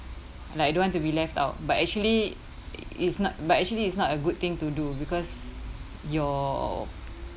like don't want to be left out but actually it's not but actually it's not a good thing to do because your